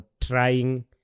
trying